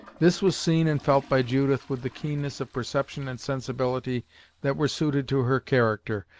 this was seen and felt by judith with the keenness of perception and sensibility that were suited to her character,